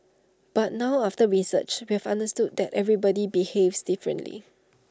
but now after research we have understood that everybody behaves differently